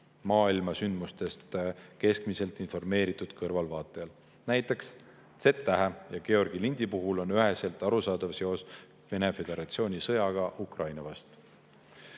maailmasündmustest keskmiselt informeeritud kõrvaltvaatajal. Näiteks Z-tähe ja Georgi lindi puhul on üheselt arusaadav seos Vene föderatsiooni sõjaga Ukraina vastu.